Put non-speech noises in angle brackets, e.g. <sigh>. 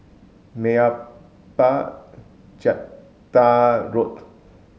Meyappa <unintelligible> Road